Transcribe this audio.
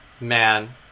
man